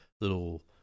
little